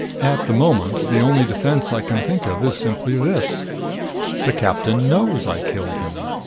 at the moment the only defense i can think of is simply this the captain knows i killed him!